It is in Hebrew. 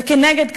ונגד,